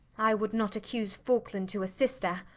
i would not accuse faulkland to a sister!